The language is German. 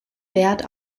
wert